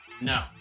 No